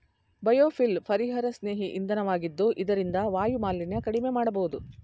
biofuel ಪರಿಸರಸ್ನೇಹಿ ಇಂಧನ ವಾಗಿದ್ದು ಇದರಿಂದ ವಾಯುಮಾಲಿನ್ಯ ಕಡಿಮೆ ಮಾಡಬೋದು